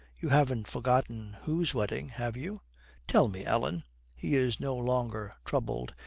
you haven't forgotten whose wedding, have you tell me, ellen he is no longer troubled.